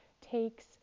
takes